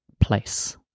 place